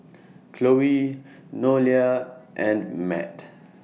Chloe Nolia and Matt